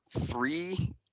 Three